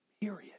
period